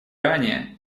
ранее